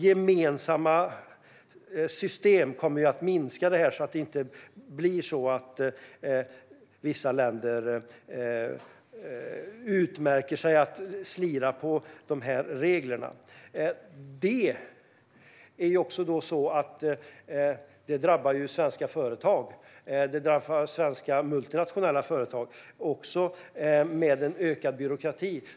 Gemensamma system kommer alltså att minska detta, så att inte vissa länder utmärker sig genom att slira på reglerna. Det är också så att detta drabbar svenska företag. Det drabbar svenska multinationella företag, med en ökad byråkrati.